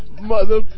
mother